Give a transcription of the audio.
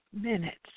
minutes